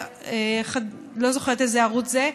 אני לא זוכרת איזה ערוץ זה,